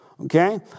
Okay